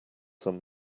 some